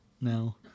now